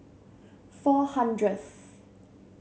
four hundredth